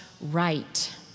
right